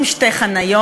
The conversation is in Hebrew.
עם שתי חניות,